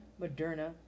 Moderna